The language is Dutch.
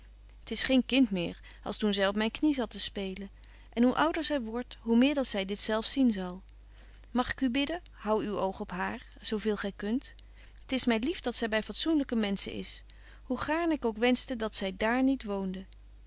t is geen kind meer als toen zy op myn knie zat te spelen en hoe ouder zy wordt hoe meer dat zy dit zelf zien zal mag ik u bidden hou uw oog op haar zo veel gy kunt t is my lief dat zy by fatsoenlyke menschen is hoe gaarn ik ook wenschte dat zy dààr niet woonde